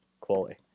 quality